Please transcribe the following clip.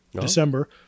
December